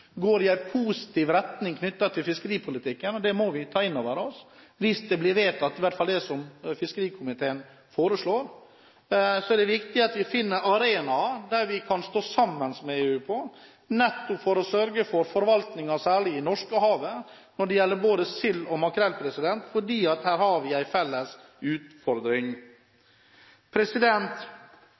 går i en positiv retning når det gjelder fiskeripolitikken, det må vi ta inn over oss, og det er veldig bra. Hvis det som fiskerikomiteen foreslår, blir vedtatt, er det viktig at vi finner arenaer der vi kan stå sammen med EU for å sørge for forvaltningen, særlig i Norskehavet, av både sild og makrell, for der har vi en felles utfordring.